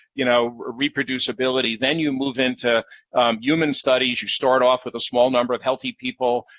you know reproducibility. then you move into human studies. you start off with a small number of healthy people.